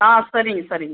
ஆ சரிங்க சரிங்க